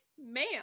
ma'am